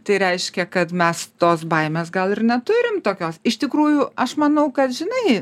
tai reiškia kad mes tos baimės gal ir neturim tokios iš tikrųjų aš manau kad žinai